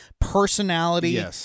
personality